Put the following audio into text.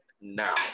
now